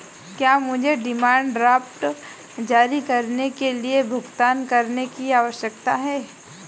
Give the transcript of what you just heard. क्या मुझे demand draft जारी करने के लिए भुगतान करने की आवश्यकता है?